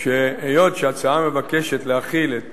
שהיות שההצעה מבקשת להחיל את